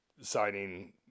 signing